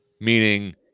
Meaning